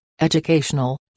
educational